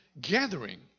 gathering